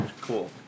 cool